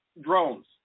drones